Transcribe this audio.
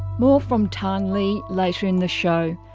more from tan le later in the show.